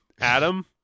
Adam